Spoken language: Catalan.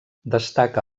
destaca